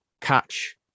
catch